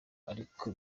ariko